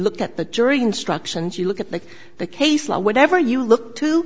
look at the jury instructions you look at make the case law whatever you look to